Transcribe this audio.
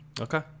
Okay